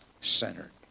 centered